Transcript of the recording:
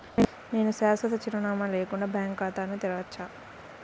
నేను శాశ్వత చిరునామా లేకుండా బ్యాంక్ ఖాతా తెరవచ్చా?